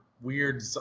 weird